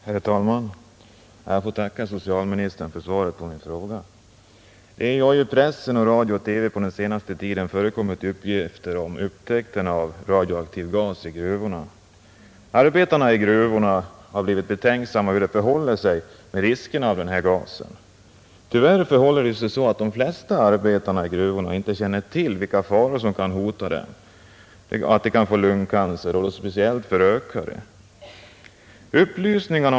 Herr talman! Jag får tacka socialministern för svaret på min fråga. I press, radio och TV har det på senare tid förekommit uppgifter om att man upptäckt förekomst av radioaktiv gas i gruvorna. Arbetarna i gruvorna har blivit betänksamma och undrar hur det förhåller sig med riskerna med denna gas. Tyvärr är det så att de flesta arbetarna i gruvorna inte känner till vilka faror som kan hota dem — de kan bl.a. få lungcancer — och speciellt då rökare.